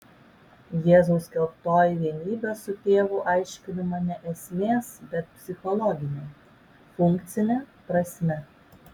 jėzaus skelbtoji vienybė su tėvu aiškinama ne esmės bet psichologine funkcine prasme